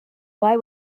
why